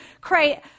create